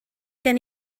gen